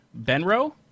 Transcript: Benro